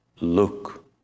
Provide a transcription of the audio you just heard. look